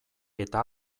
eta